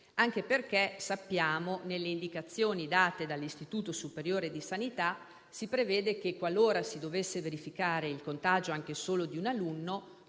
infatti che, nelle indicazioni date dall'Istituto superiore di sanità, si prevede che, qualora si dovesse verificare il contagio anche solo di un alunno,